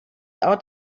out